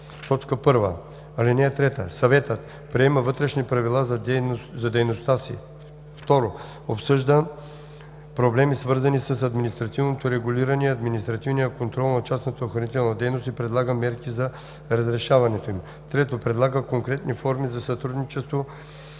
по ал. 3, т. 1. (3) Съветът: 1. приема вътрешни правила за дейността си; 2. обсъжда проблеми, свързани с административното регулиране и административния контрол на частната охранителна дейност, и предлага мерки за разрешаването им; 3. предлага конкретни форми за сътрудничество